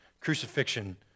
Crucifixion